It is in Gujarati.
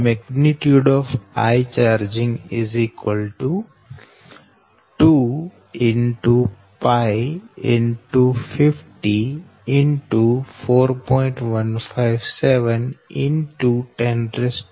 Ichg 2 X X 50 X 4